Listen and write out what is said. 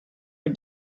own